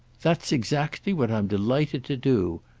that's exactly what i'm delighted to do.